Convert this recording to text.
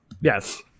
Yes